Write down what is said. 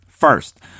First